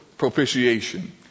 propitiation